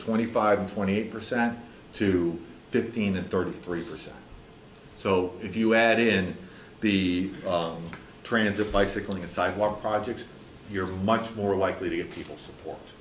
twenty five twenty eight percent to fifteen and thirty three percent so if you add in the transit bicycling a sidewalk projects you're much more likely to get people's